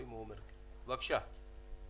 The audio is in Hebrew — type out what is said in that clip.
בבקשה.